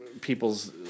people's